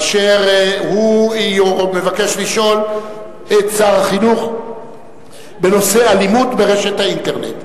אשר מבקש לשאול את שר החינוך בנושא: אלימות ברשת האינטרנט.